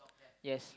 yes